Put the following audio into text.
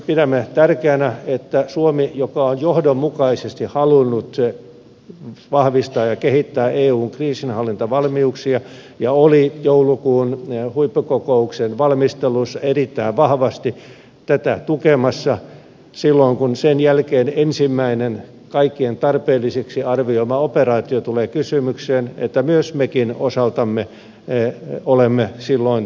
pidämme tärkeänä että suomi joka on johdonmukaisesti halunnut vahvistaa ja kehittää eun kriisinhallintavalmiuksia ja oli joulukuun huippukokouksen valmistelussa erittäin vahvasti tätä tukemassa on silloin kun sen jälkeen ensimmäinen kaikkien tarpeelliseksi arvioima operaatio tulee kysymykseen omalta osaltaan tässä mukana